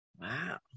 Wow